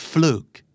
Fluke